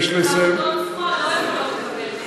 שירות לאומי ועמותות שמאל לא יכולות לקבל?